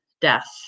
death